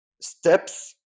steps